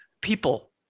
people